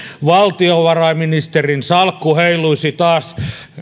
valtiovarainministerin salkku heiluisi taas